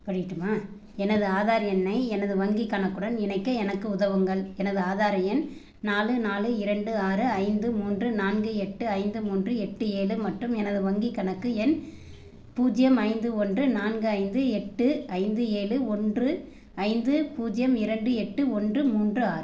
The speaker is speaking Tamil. படிக்கட்டுமா எனது ஆதார் எண்ணை எனது வங்கிக் கணக்குடன் இணைக்க எனக்கு உதவுங்கள் எனது ஆதாரை எண் நாலு நாலு இரண்டு ஆறு ஐந்து மூன்று நான்கு எட்டு ஐந்து மூன்று எட்டு ஏழு மற்றும் எனது வங்கிக் கணக்கு எண் பூஜ்ஜியம் ஐந்து ஒன்று நான்கு ஐந்து எட்டு ஐந்து ஏழு ஒன்று ஐந்து பூஜ்ஜியம் இரண்டு எட்டு ஒன்று மூன்று ஆறு